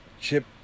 Chip